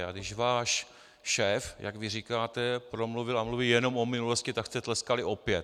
A když váš šéf, jak vy říkáte, promluvil a mluví jenom o minulosti, tak jste tleskali opět.